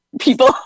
people